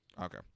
Okay